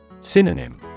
Synonym